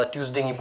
Tuesday